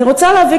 אני רוצה להביא,